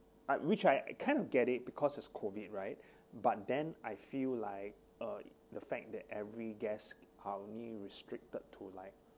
I which I kind of get it because it's COVID right but then I feel like uh the fact that every guest are really restricted to like